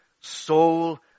soul